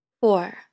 Four